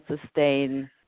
sustain